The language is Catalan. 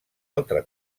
altre